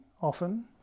often